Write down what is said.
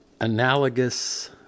analogous